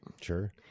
Sure